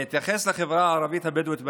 אני אתייחס לחברה הערבית הבדואית בנגב.